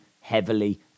heavily